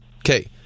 Okay